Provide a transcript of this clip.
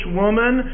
woman